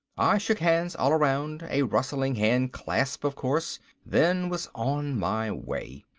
i shook hands all around a rustling hand-clasp of course then was on my way.